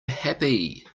happy